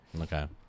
Okay